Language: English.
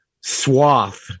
swath